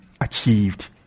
achieved